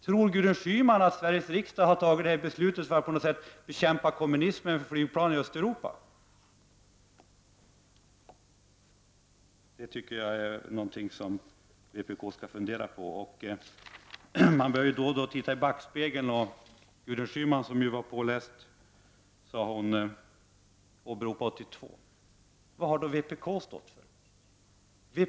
Tror Gudrun Schyman att Sveriges riksdag har fattat det här beslutet för att på något sätt bekämpa kommunismen när det gäller flygplan i Östeuropa? Det tycker jag är någonting som vpk skall fundera på. Man bör då och då titta i backspegeln. Gudrun Schyman sade ju att hon var påläst, och hon åberopade beslutet 1982. Vad har då vpk stått för?